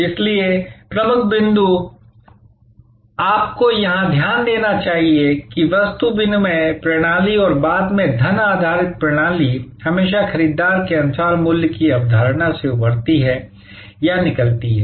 इसलिए प्रमुख बिंदु इसलिए आपको यहां ध्यान देना चाहिए कि वस्तु विनिमय प्रणाली और बाद में धन आधारित प्रणाली हमेशा खरीदार के अनुसार मूल्य की अवधारणा से उभरती है या निकलती है